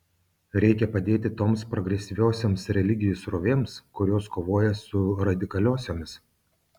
reikia padėti toms progresyviosioms religijų srovėms kurios kovoja su radikaliosiomis